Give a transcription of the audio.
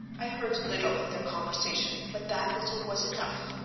i heard little of their conversation, but that little was enough.